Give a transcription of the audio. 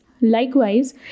Likewise